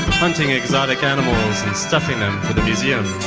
hunting exotic animals and stuffing them for the museum.